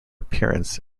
appearance